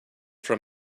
from